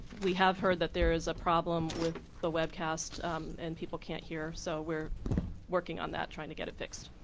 we have heard that there is a problem with the webcast and people can't hear. so we are working on that trying to get it fixed.